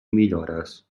millores